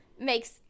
makes